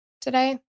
today